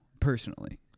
personally